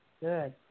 Good